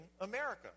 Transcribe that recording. America